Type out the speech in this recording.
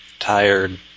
tired